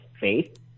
faith